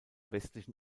westlichen